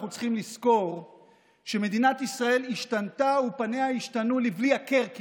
אנחנו צריכים לזכור שמדינת ישראל השתנתה ופניה השתנו כמעט לבלי הכר.